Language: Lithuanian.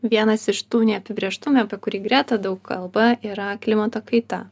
vienas iš tų neapibrėžtumų apie kurį greta daug kalba yra klimato kaita